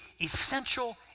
essential